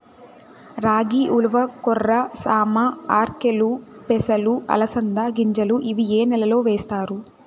రాగి, ఉలవ, కొర్ర, సామ, ఆర్కెలు, పెసలు, అలసంద గింజలు ఇవి ఏ నెలలో వేస్తారు?